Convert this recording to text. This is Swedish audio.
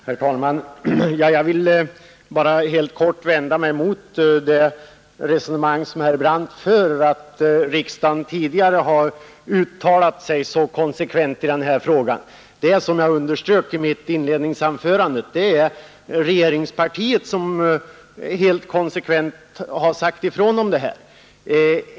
Herr talman! Jag ville bara helt kort vända mig mot det resonemang som herr Brandt för om att riksdagen tidigare har uttalat sig så konsekvent i denna fråga. Det som jag underströk i mitt inledningsanförande är att det är regeringspartiet som helt konsekvent har sagt ifrån om detta.